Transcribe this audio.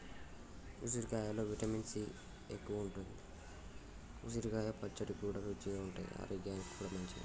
ఉసిరికాయలో vitamin C ఎక్కువుంటది, ఉసిరికాయ పచ్చడి కూడా రుచిగా ఉంటది ఆరోగ్యానికి కూడా మంచిది